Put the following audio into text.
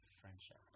friendship